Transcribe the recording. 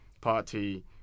Party